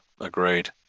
agreed